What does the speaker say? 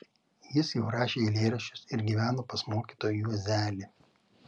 jis jau rašė eilėraščius ir gyveno pas mokytoją juozelį